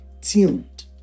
tuned